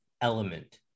element